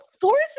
forcing